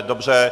Dobře.